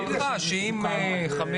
הערכה היא שאם --- אורית,